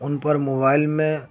ان پر موبائل میں